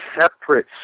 separate